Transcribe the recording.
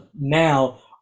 now